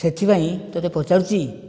ସେଥିପାଇଁ ତୋତେ ପଚାରୁଛି